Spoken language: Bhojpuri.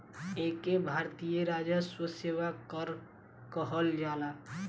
एके भारतीय राजस्व सेवा कर कहल जाला